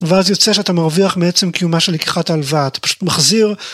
ואז יוצא שאתה מרוויח מעצם קיומה של לקיחת הלוואה, אתה פשוט מחזיר.